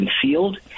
concealed